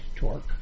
torque